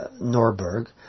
Norberg